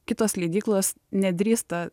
kitos leidyklos nedrįsta